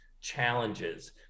challenges